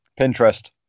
pinterest